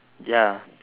ya